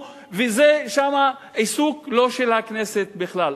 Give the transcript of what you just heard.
ושם זה עיסוק לא של הכנסת בכלל.